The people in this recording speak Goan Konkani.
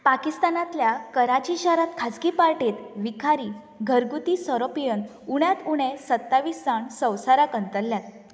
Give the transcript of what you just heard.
पाकिस्तानांतल्या कराची शरात खाजगी पार्टेत विखारी घरगुती सोरो पियन उण्यात उणे सत्तावीस जाण संवसाराक अंतरल्यात